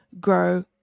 grow